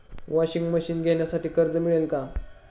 Washing machine घेण्यासाठी कर्ज मिळेल का?